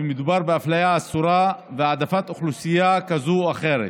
ומדובר באפליה אסורה והעדפת אוכלוסייה כזאת או אחרת.